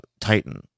Titan